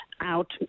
out